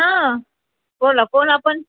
हां बोला कोण आपण